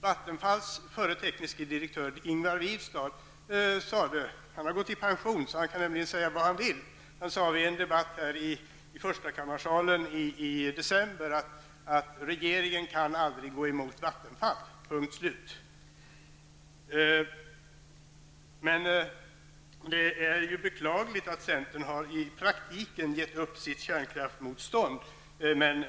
Vattenfalls förre tekniske direktör, Ingvar Wivstad, sade -- han har nämligen gått i pension och kan därför säga vad han vill -- vid en debatt i förstakammarsalen i december, att regeringen aldrig kan gå emot Vattenfall, punkt slut. Det är beklagligt att centern i praktiken har gett upp sitt kärnkraftsmotstånd.